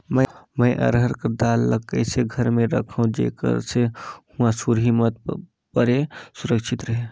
मैं अरहर कर दाल ला कइसे घर मे रखों जेकर से हुंआ सुरही मत परे सुरक्षित रहे?